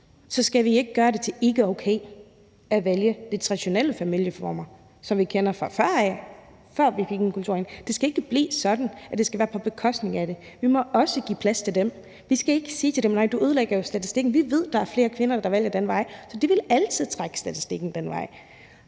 så skal vi ikke gøre det til ikkeokay at vælge de traditionelle familieformer, som vi kender, fra før vi fik en kulturændring. Det skal ikke blive sådan, at det skal være på bekostning af det, og vi må også give plads til dem. Vi skal ikke sige til dem: Nej, du ødelægger jo statistikken. Vi ved, at der er flere kvinder, der vælger den vej, så det vil altid trække statistikken den vej.